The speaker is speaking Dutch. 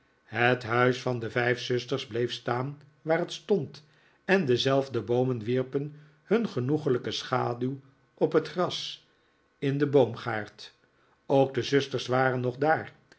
het huis van de vijf zusters bleef staan waar het stond en dezelfde boomen wierpen hun genoeglijke schaduw op het gras in den boomgaard ook de zusters waren nog daar